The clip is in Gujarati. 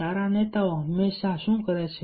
સારા નેતાઓ હંમેશા શું કરે છે